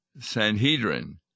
Sanhedrin